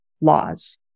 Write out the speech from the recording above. laws